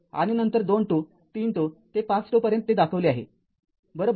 आणि नंतर २ζ ३ζ ते ५ζ पर्यंत ते दाखविले आहे बरोबर